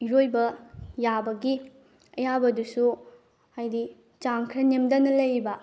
ꯏꯔꯣꯏꯕ ꯌꯥꯕꯒꯤ ꯑꯌꯥꯕꯗꯨꯁꯨ ꯍꯥꯏꯗꯤ ꯆꯥꯡ ꯈꯔ ꯅꯦꯝꯊꯅ ꯂꯩꯕ